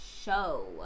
show